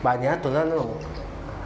but 你要等到那种